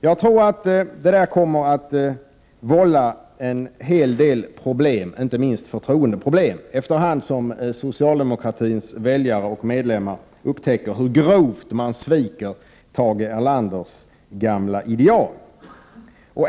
Jag tror att det kommer att vålla en hel del problem, inte minst förtroendeproblem, efter hand som socialdemokratins väljare och medlemmar upptäcker hur grovt man sviker Tage Erlanders gamla ideal.